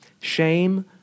Shame